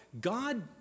God